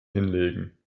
hinlegen